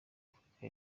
afurika